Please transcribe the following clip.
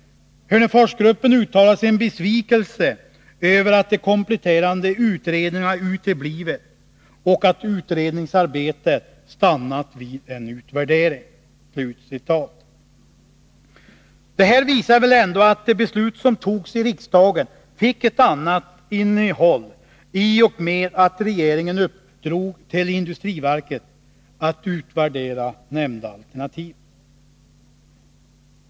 Hörneforsgruppen uttalar sin besvikelse över att de kompletterande utredningarna uteblivit och att utredningsarbetet stannat vid en utvärdering.” Det här visar väl ändå att det beslut som togs i riksdagen fick ett annat innehåll, i och med att regeringen uppdrog åt industriverket att utvärdera nämnda alternativ.